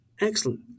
excellent